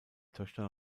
töchter